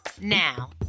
now